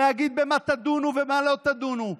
להגיד במה תדונו ובמה לא תדונו,